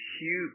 huge